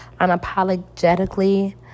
unapologetically